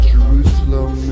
Jerusalem